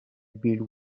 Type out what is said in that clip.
bill